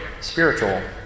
spiritual